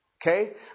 okay